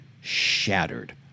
shattered